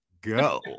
go